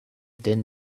din